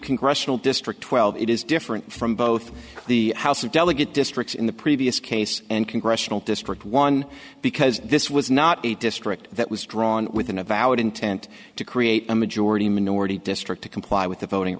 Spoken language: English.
congressional district twelve it is different from both the house of delegate districts in the previous case and congressional district one because this was not a district that was drawn with an avowed intent to create a majority minority district to comply with the voting